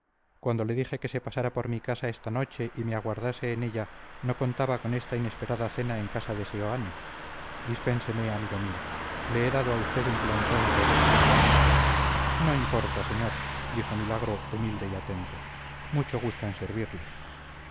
cuando le dije que se pasara por mi casa esta noche y me aguardase en ella no contaba con esta inesperada cena en casa de seoane dispénseme amigo mío le he dado a usted un plantón horroroso no importa señor dijo milagro humilde y atento mucho gusto en servirle